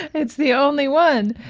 it's the only one.